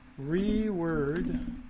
reword